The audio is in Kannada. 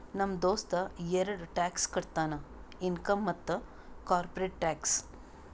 ನಮ್ ದೋಸ್ತ ಎರಡ ಟ್ಯಾಕ್ಸ್ ಕಟ್ತಾನ್ ಇನ್ಕಮ್ ಮತ್ತ ಕಾರ್ಪೊರೇಟ್ ಟ್ಯಾಕ್ಸ್